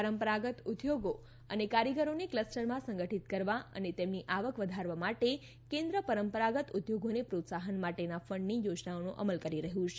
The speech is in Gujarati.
પરંપરાગત ઉદ્યોગો અને કારીગરોને કલસ્ટરમાં સંગઠિત કરવા અને તેમની આવક વધારવા માટે કેન્દ્ર પરંપરાગત ઉધોગોને પ્રોત્સાહન માટેનાં ફંડની યોજનાનો અમલ કરી રહ્યું છે